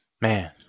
Man